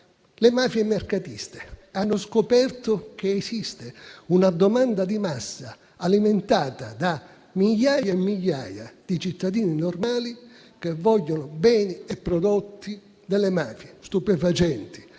Le mafie mercatiste hanno scoperto l'esistenza di una domanda di massa, alimentata da migliaia di cittadini normali, che vogliono beni e prodotti delle mafie: stupefacenti,